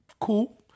Cool